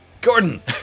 Gordon